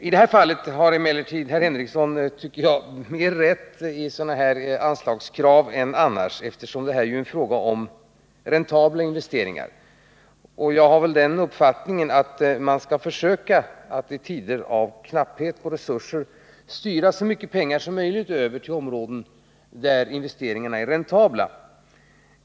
I det här fallet har emellertid Sven Henricsson mera rätt än annars i sådana här investeringskrav, eftersom det här är en fråga om räntabla investeringar, och jag har den uppfattningen att man i tider av knapphet på resurser skall försöka styra så mycket pengar som möjligt över till områden där investeringarna är räntabla.